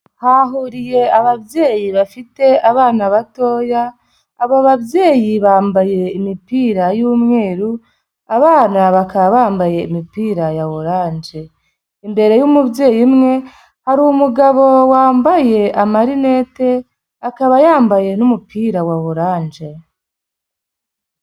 Hahuriye ababyeyi bafite abana batoya, abo babyeyi bambaye imipira y'umweru, abana bakaba bambaye imipira ya oranje, imbere y'umubyeyi umwe, hari umugabo wambaye amarinete akaba yambaye n'umupira wa oranje.